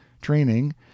training